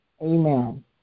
amen